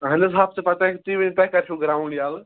اَہَن حظ ہَفتہٕ پَتے تُہۍ ؤنِو تۄہہِ کَر چھُو گرٛاونٛڈ یَلہٕ